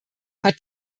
hat